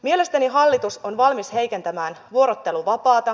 mielestäni hallitus on valmis heikentämään vuorotteluvapaata